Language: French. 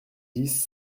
dix